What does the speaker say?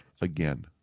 Again